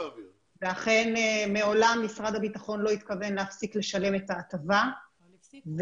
אכן מעולם משרד הביטחון לא התכוון להפסיק לשלם את ההטבה ואנחנו